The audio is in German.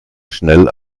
schnell